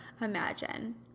imagine